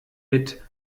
mit